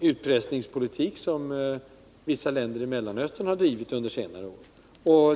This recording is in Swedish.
utpressningspolitik som vissa länder i Mellanöstern har drivit under senare år.